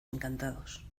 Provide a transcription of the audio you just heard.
encantados